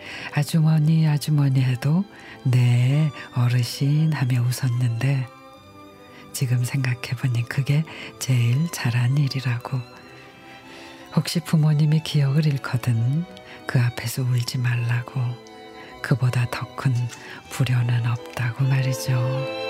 아주머니, 아주머니 해도 네, 어르신 하며 웃었는데 지금 생각해보니 그게 제일 잘한 일이라고. 혹시 부모님이 기억을 잃거든 그 앞에서 울지 말라고. 그보다 더 큰 불효는 없다고 말이죠.